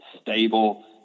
stable